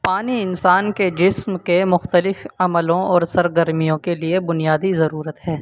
پانی انسان کے جسم کے مختلف عملوں اور سرگرمیوں کے لیے بنیادی ضرورت ہے